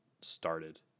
started